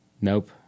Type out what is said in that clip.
nope